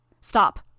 Stop